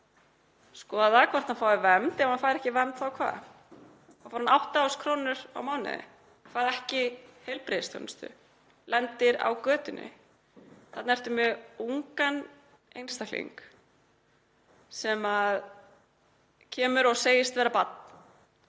skoða hvort hann fái vernd. Ef hann fær ekki vernd, þá hvað? Þá fær hann 8.000 kr. á mánuði, fær ekki heilbrigðisþjónustu, lendir á götunni. Þarna ertu með ungan einstakling sem kemur og segist vera barn.